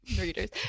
readers